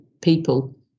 people